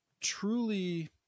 truly